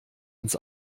ins